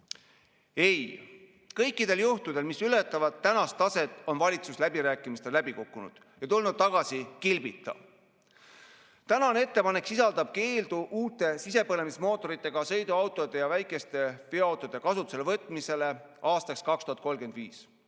Ei! Kõikidel juhtudel, mis ületavad tänast taset, on valitsus läbirääkimistel läbi kukkunud ja tulnud tagasi kilbita. Tänane ettepanek sisaldab uute sisepõlemismootoriga sõiduautode ja väikeste veoautode kasutusele võtmise keeldu aastaks 2035.